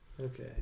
Okay